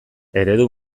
eredu